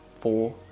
four